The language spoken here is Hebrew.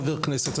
חבר כנסת.